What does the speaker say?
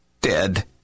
dead